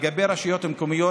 לגבי רשויות מקומיות,